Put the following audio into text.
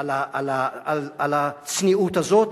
על הצניעות הזאת,